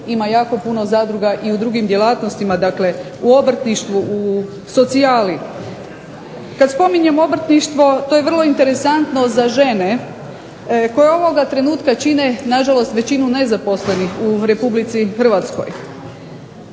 ima jako puno zadruga i u drugim djelatnostima. Dakle, u obrtništvu, u socijali. Kad spominjem obrtništvo to je vrlo interesantno za žene koje ovoga trenutka čine na žalost većinu nezaposlenih u Republici Hrvatskoj,